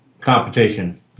competition